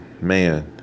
man